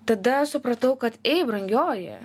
tada supratau kad ei brangioji